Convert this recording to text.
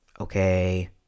okay